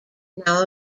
now